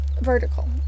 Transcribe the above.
vertical